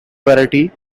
variety